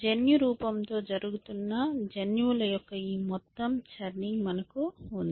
జన్యురూపంతో జరుగుతున్న జన్యువుల యొక్క ఈ మొత్తం ఛర్ణింగ్ మనకు ఉంది